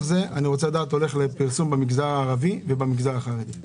זה הולך לפרסם במגזר הערבי ובמגזר החרדי?